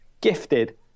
gifted